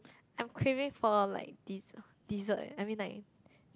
I'm craving for like dessert eh I mean like